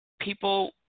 People